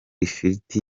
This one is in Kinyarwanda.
ifiriti